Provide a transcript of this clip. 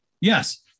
Yes